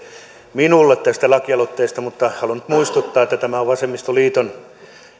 minulle tästä lakialoitteesta mutta haluan nyt muistuttaa että tämä on vasemmistoliiton